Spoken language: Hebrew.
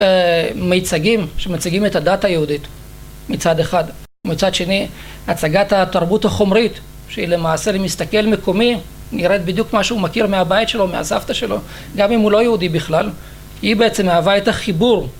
מיצגים שמציגים את הדת היהודית מצד אחד, מצד שני הצגת התרבות החומרית שהיא למעשה אם מסתכל מקומי נראית בדיוק מה שהוא מכיר מהבית שלו מהסבתא שלו גם אם הוא לא יהודי בכלל, היא בעצם מהווה את החיבור